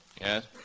Yes